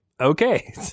okay